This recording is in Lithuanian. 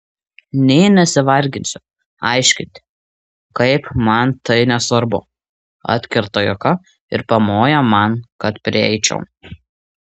nė nesivarginsiu aiškinti kaip man tai nesvarbu atkerta juka ir pamoja man kad prieičiau